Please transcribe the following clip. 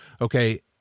Okay